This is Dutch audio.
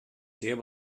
zeer